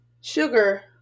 sugar